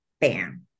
bam